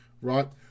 Right